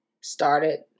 started